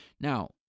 Now